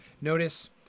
notice